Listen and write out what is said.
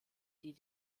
die